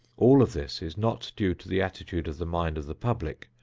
all of this is not due to the attitude of the mind of the public,